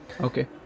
Okay